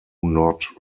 not